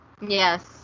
yes